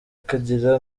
kugira